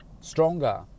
stronger